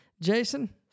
Jason